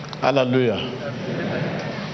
hallelujah